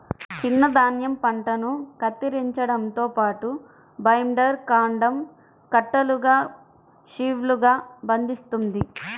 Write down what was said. చిన్న ధాన్యం పంటను కత్తిరించడంతో పాటు, బైండర్ కాండం కట్టలుగా షీవ్లుగా బంధిస్తుంది